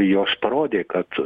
jos parodė kad